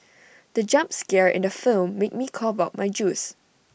the jump scare in the film made me cough out my juice